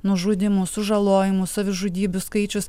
nužudymų sužalojimų savižudybių skaičius